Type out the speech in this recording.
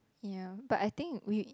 ya but I think we